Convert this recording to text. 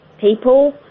people